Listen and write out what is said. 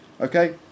Okay